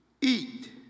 eat